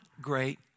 great